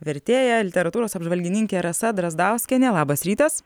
vertėja literatūros apžvalgininkė rasa drazdauskienė labas rytas